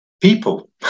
people